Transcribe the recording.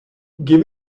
give